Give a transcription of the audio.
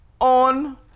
on